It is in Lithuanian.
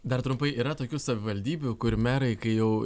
dar trumpai yra tokių savivaldybių kur merai kai jau